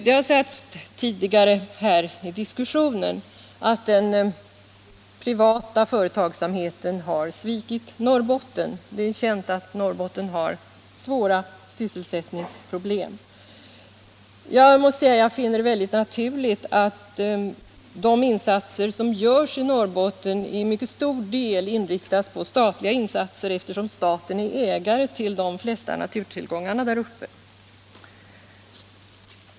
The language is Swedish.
Det har sagts tidigare här i diskussionen att den privata företagsamheten svikit Norrbotten. Det är känt att Norrbotten har svåra sysselsättningsproblem. Jag måste säga att jag finner det väldigt naturligt att de insatser som görs i Norrbotten till mycket stor del utgörs av statliga insatser, eftersom staten är ägare till de flesta naturtillgångarna där uppe.